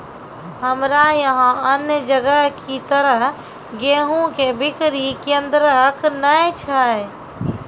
हमरा यहाँ अन्य जगह की तरह गेहूँ के बिक्री केन्द्रऽक नैय छैय?